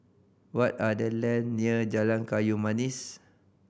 what are the land near Jalan Kayu Manis